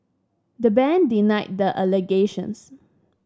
the bank denied the allegations